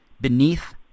beneath